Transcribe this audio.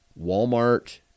Walmart